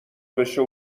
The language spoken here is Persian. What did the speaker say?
بشه